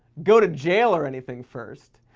go to jail or anything first,